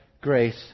grace